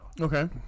Okay